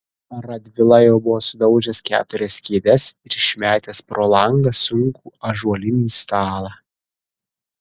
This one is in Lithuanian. radvila jau buvo sudaužęs keturias kėdes ir išmetęs pro langą sunkų ąžuolinį stalą